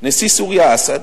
נשיא סוריה אסד,